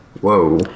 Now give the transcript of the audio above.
Whoa